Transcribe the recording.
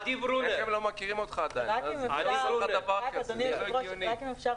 אדוני היושב-ראש, רק אם אפשר,